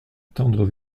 tendre